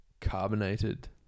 carbonated